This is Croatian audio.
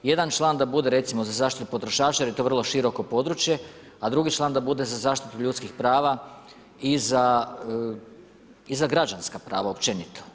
Jedan član da bude recimo za zaštitu potrošača jer je to vrlo široko područje, a drugi član da bude za zaštitu ljudskih prava i za građanska prava općenito.